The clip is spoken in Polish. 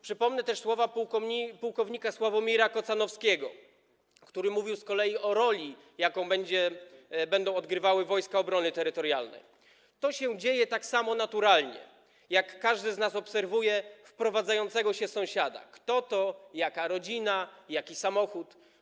Przypomnę też słowa płk. Sławomira Kocanowskiego, który mówił z kolei o roli, jaką będą odgrywały Wojska Obrony Terytorialnej: To się dzieje tak samo naturalnie, jak każdy z nas obserwuje wprowadzającego się sąsiada: kto to, jaka rodzina, jaki samochód.